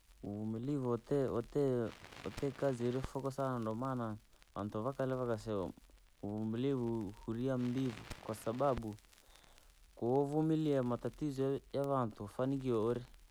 Uvutimilivu watite watite watite kazi irifoko sana ndomana, vantu vakale vakaseo umvumilivu huria mbivu, kwasababu, koo wavumilia matatizo ya- yavantuu fanikiwa urii.